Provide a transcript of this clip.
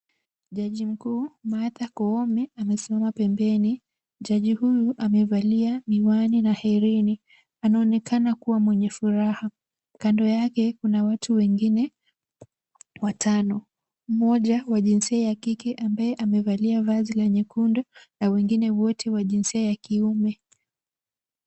Jaji mkuu, Martha Koome amesimama pembeni. Jaji huyu amevalia miwani na herini. Anaonekana kuwa mwenye furaha. Kando yake, kuna watu wengine watano, mmoja wa jinsia ya kike ambaye amevalia vazi la nyekundu na wengine wote wa jinsia ya kiume.